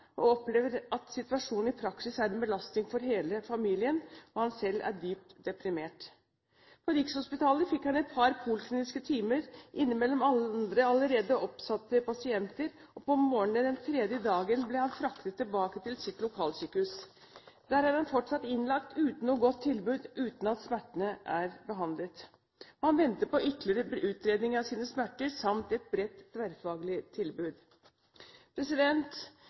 og opplever at situasjonen i praksis er en belastning for hele familien, og han er selv dypt deprimert. På Rikshospitalet fikk han et par polikliniske timer innimellom andre allerede oppsatte pasienter, og på morgenen den tredje dagen ble han fraktet tilbake til sitt lokalsykehus. Der er han fortsatt innlagt, uten noe godt tilbud, og uten at smertene er behandlet. Han venter på ytterligere utredning av sine smerter samt et bredt tverrfaglig tilbud.